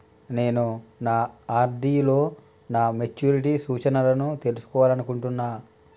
నేను నా ఆర్.డి లో నా మెచ్యూరిటీ సూచనలను తెలుసుకోవాలనుకుంటున్నా